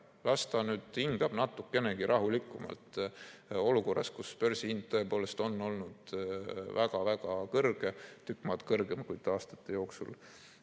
Las ta nüüd hingab natukenegi rahulikumalt olukorras, kus börsihind tõepoolest on olnud väga-väga kõrge, tükk maad kõrgem, kui ta aastate jooksul